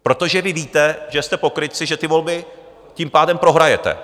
Protože vy víte, že jste pokrytci, že ty volby tím pádem prohrajete.